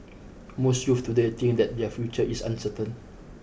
most youths today think that their future is uncertain